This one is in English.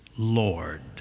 Lord